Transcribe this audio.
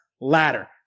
ladder